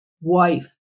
wife